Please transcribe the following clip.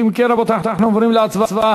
אם כן, רבותי, אנחנו עוברים להצבעה,